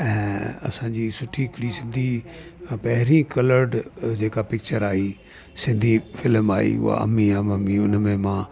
ऐं असांजी सुठी हिकिड़ी सिंधी अ पहिरीं कलड जेका पिकिचरु आई सिंधी फिल्म आई उहा अम्मी या मम्मी हुनमें मां